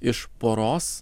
iš poros